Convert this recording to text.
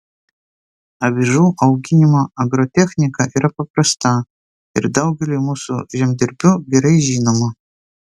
avižų auginimo agrotechnika yra paprasta ir daugeliui mūsų žemdirbių gerai žinoma